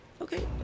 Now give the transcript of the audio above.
Okay